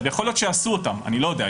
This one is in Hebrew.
יכול להיות שעשו אותם, אני לא יודע.